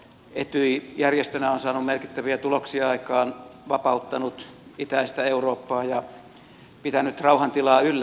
etyj järjestönä on saanut merkittäviä tuloksia aikaan vapauttanut itäistä eurooppaa ja pitänyt rauhantilaa yllä